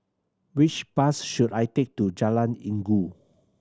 which bus should I take to Jalan Inggu